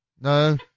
no